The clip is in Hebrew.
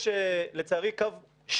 לאוצר יש, לצערי, קו שגוי.